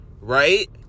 right